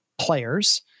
players